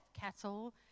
cattle